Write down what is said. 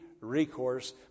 recourse